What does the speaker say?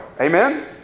Amen